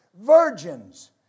Virgins